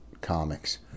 comics